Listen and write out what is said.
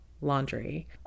laundry